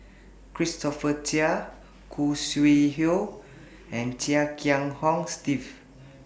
Christopher Chia Khoo Sui Hoe and Chia Kiah Hong Steve